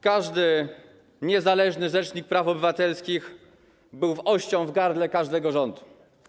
Każdy niezależny rzecznik praw obywatelskich był ością w gardle każdego rządu.